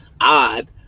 odd